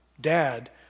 dad